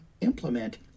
implement